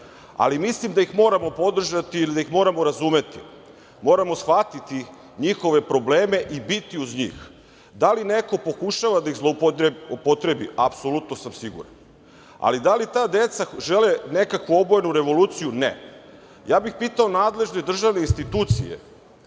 Ali, mislim da ih moramo podržati ili da ih moramo razumeti. Moramo shvatiti njihove probleme i biti uz njih. Da li neko pokušava da ih zloupotrebi? Apsolutno sam siguran, ali da li ta deca žele nekakvu obojenu revoluciju? Ne. Ja bih pitao nadležne državne institucije